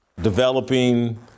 developing